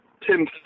Tim